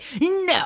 no